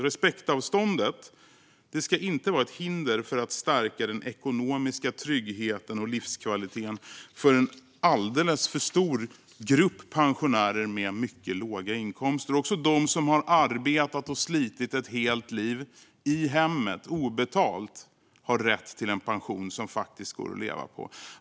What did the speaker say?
Respektavståndet ska inte vara ett hinder för att stärka den ekonomiska tryggheten och livskvaliteten för en alldeles för stor grupp pensionärer med mycket låga inkomster. Också de som har arbetat och slitit ett helt liv i hemmet obetalt har rätt till en pension som faktiskt går att leva på.